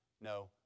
No